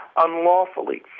unlawfully